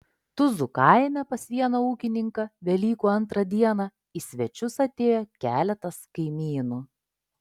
tuzų kaime pas vieną ūkininką velykų antrą dieną į svečius atėjo keletas kaimynų